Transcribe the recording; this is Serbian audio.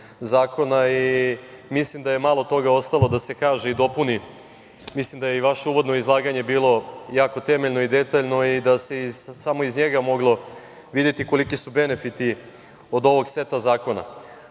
zakona i mislim da je malo toga ostalo da se kaže i dopuni. Mislim da je i vaše uvodno izlaganje bilo jako temeljno i detaljno i da se samo iz njega moglo videti koliki su benefiti od ovog seta zakona. Malo